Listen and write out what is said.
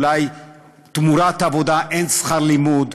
אולי תמורת עבודה אין שכר לימוד,